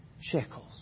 shekels